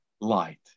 light